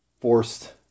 forced